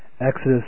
Exodus